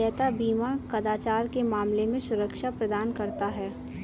देयता बीमा कदाचार के मामले में सुरक्षा प्रदान करता है